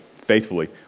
faithfully